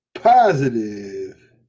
positive